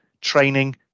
training